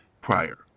prior